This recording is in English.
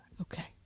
Okay